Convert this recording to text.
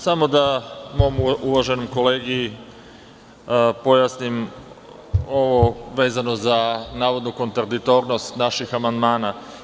Samo da mom uvaženom kolegi pojasnim ovo vezano za navodnu kontradiktornost naših amandmana.